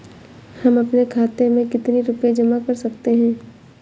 हम अपने खाते में कितनी रूपए जमा कर सकते हैं?